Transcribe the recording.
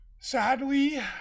Sadly